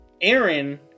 Aaron